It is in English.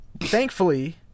thankfully